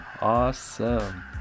awesome